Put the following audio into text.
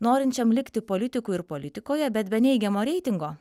norinčiam likti politiku ir politikoje bet be neigiamo reitingo